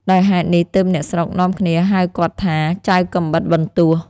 ដោយហេតុនេះទើបអ្នកស្រុកនាំគ្នាហៅគាត់ថា "ចៅកាំបិតបន្ទោះ"។